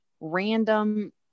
random